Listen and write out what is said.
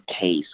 case